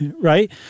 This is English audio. Right